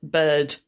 bird